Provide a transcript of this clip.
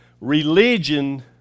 religion